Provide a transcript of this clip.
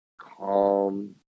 calm